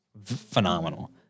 phenomenal